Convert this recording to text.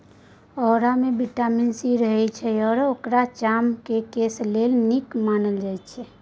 औरामे vitamin C रहय छै आ औराकेँ चाम आ केस लेल नीक मानल जाइ छै